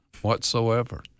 whatsoever